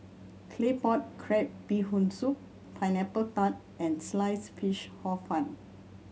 Claypot Crab Bee Hoon Soup Pineapple Tart and Sliced Fish Hor Fun